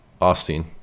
Austin